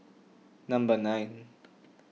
number nine